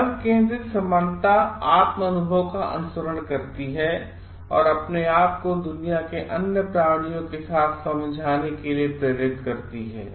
जैव केंद्रित समानताआत्म अनुभव काअनुसरण करतीहैऔर अपने आप को दुनिया के अन्य प्राणियों के साथ समझने के लिए प्रेरित करती है